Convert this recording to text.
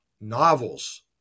novels